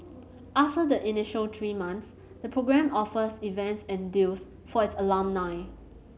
after the initial three months the program offers events and deals for its alumni